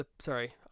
Sorry